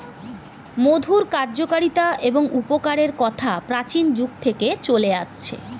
মধুর কার্যকারিতা এবং উপকারের কথা প্রাচীন যুগ থেকে চলে আসছে